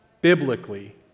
biblically